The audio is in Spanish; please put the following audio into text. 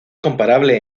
comparable